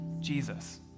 Jesus